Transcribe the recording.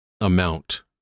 amount